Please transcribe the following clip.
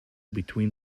between